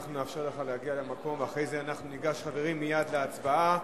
אנחנו נאפשר לך להגיע למקום ואחרי זה ניגש מייד להצבעה.